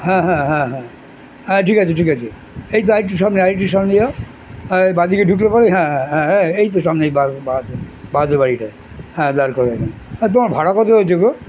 হ্যাঁ হ্যাঁ হ্যাঁ হ্যাঁ হ্যাঁ ঠিক আছে ঠিক আছে এই তো আর একটু সামনে আর একটু সামনে যাও বাঁ দিকে ঢুকলে পরে হ্যাঁ হ্যাঁ হ্যাঁ হ্যাঁ এই তো সামনেই বাঁ হাতে বাড়িটা হ্যাঁ দাড় করাও এই তোমার ভাড়া কত হয়েছে গো